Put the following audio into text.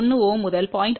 1 Ω முதல் 0